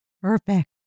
perfect